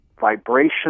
vibration